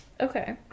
Okay